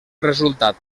resultat